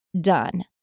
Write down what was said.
done